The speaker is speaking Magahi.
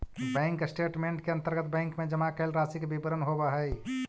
बैंक स्टेटमेंट के अंतर्गत बैंक में जमा कैल राशि के विवरण होवऽ हइ